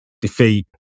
defeat